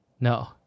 No